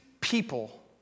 people